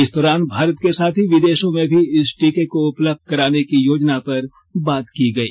इस दौरान भारत के साथ ही विदेशों में भी इस टीके को उपलब्ध कराने की योजना पर बात की गई